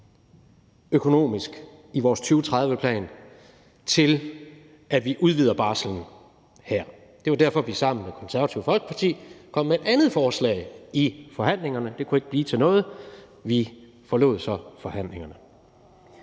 økonomisk, i vores 2030-plan til, at vi udvider barslen her. Det er jo derfor, at vi sammen med Det Konservative Folkeparti kom med et andet forslag i forhandlingerne. Det kunne ikke blive til noget, og vi forlod så forhandlingerne.